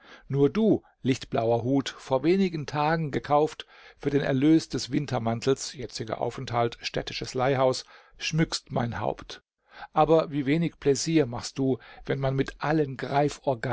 nur du lichtblauer hut vor wenigen tagen gekauft für den erlös des wintermantels jetziger aufenthalt städtisches leihhaus schmückst mein haupt aber wie wenig pläsier machst du wenn man mit allen